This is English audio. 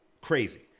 Crazy